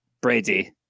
Brady